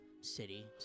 City